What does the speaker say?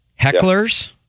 hecklers